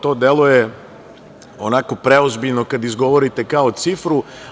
To deluje onako preozbiljno kad izgovorite kao cifru.